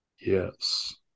Yes